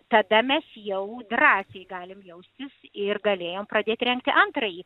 tada mes jau drąsiai galim jaustis ir galėjom pradėt rengti antrąjį